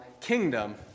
kingdom